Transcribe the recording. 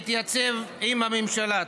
ולהתייצב עם הממשלה.